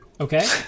Okay